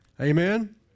Amen